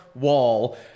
wall